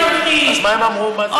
שירות לאומי או אזרחי או צבא.